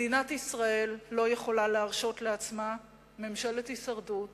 מדינת ישראל לא יכולה להרשות לעצמה ממשלת הישרדות